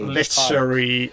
literary